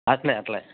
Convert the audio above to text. అలాగే అలాగే